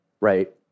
right